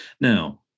Now